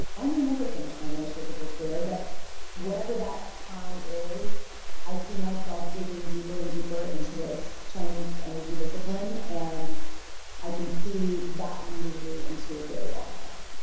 i may never finish my neurosurgical career, but whenever that i time is i see myself digging deeper and deeper into this chinese energy discipline and i can see that leading me into a very long life